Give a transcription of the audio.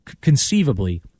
conceivably